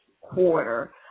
quarter